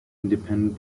independent